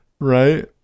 right